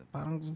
Parang